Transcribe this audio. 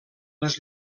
les